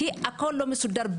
כי הכול לא מסודר,